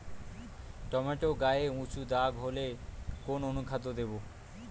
Tomato গায়ে উচু দাগ হলে কোন অনুখাদ্য দেবো?